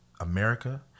America